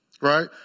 right